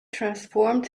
transformed